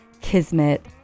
kismet